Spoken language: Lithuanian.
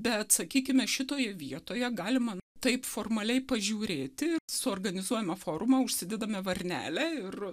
bet sakykime šitoje vietoje galima taip formaliai pažiūrėti suorganizuojame forumą užsidedame varnelę ir